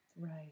Right